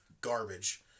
garbage